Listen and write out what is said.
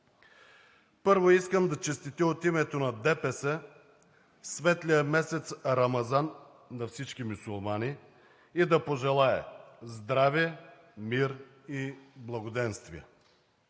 Първо искам да честитя от името на ДПС светлия месец Рамазан на всички мюсюлмани и да пожелая здраве, мир и благоденствие!